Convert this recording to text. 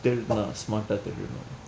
then நான்:naan smart தெரியும்:theriyum